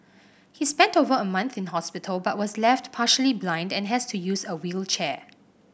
he spent over a month in hospital but was left partially blind and has to use a wheelchair